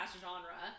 genre